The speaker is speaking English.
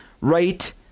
right